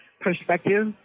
perspective